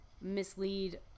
mislead